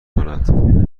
کند